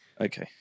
Okay